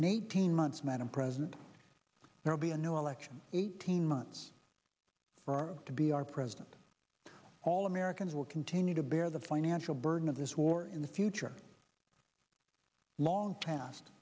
in eighteen months madam president there'll be a new all action eighteen months for us to be our president all americans will continue to bear the financial burden of this war in the future long pas